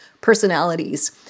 personalities